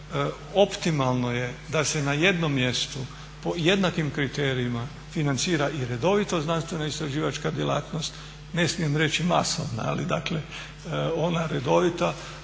optimalno je da se na jednom mjestu po jednakim kriterijima financira i redovita znanstveno-istraživačka djelatnost, ne smijem reći masovna, dakle ona redovita